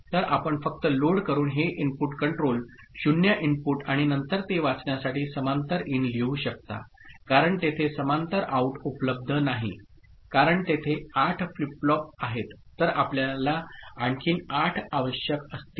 तर आपण फक्त लोड करून हे इनपुट कंट्रोल 0 इनपुट आणि नंतर ते वाचण्यासाठी समांतर इन लिहू शकता कारण तेथे समांतर आऊट उपलब्ध नाही कारण तेथे 8 फ्लिप फ्लॉप आहेत तर आपल्याला आणखी 8 आवश्यक असतील